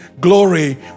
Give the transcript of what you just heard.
glory